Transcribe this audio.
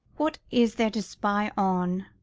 what is there to spy on?